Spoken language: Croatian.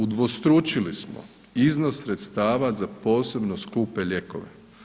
Udvostručili smo iznos sredstava za posebno skupe lijekove.